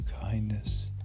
kindness